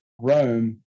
Rome